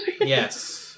yes